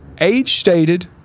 age-stated